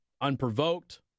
Unprovoked